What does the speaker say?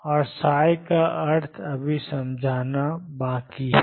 और का अर्थ अभी समझा जाना बाकी है